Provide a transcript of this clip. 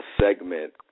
segment